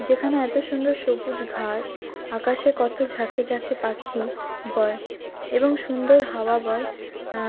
যেখানে এত সুন্দর সবুজ ঘাস আকাশে কত ঝাঁকে ঝাঁকে পাখি বয় এবং সুন্দর হাওয়া বয়